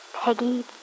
Peggy